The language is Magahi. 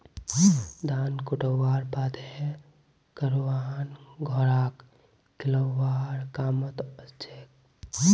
धान कुटव्वार बादे करवान घोड़ाक खिलौव्वार कामत ओसछेक